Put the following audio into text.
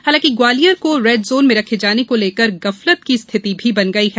हालांकि ग्वालियर को red zone में रखे जाने को लेकर गफलत की स्थिति भी बन गई है